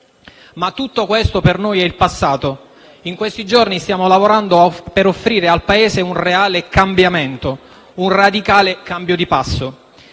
Ma tutto questo per noi è il passato. In questi giorni stiamo lavorando per offrire al Paese un reale cambiamento, un radicale cambio di passo.